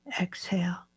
Exhale